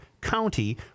county